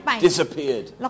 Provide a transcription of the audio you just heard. Disappeared